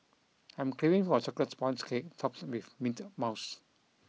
I'm craving for a chocolate sponge cake topped with mint mouse